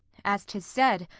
as tis said,